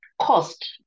cost